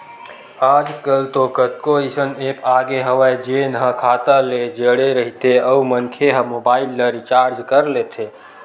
आजकल तो कतको अइसन ऐप आगे हवय जेन ह खाता ले जड़े रहिथे अउ मनखे ह मोबाईल ल रिचार्ज कर लेथे